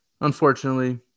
unfortunately